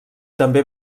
també